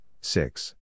six